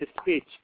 speech